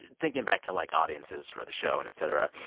thinking back to, like, audiences for the show and et cetera,